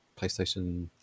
PlayStation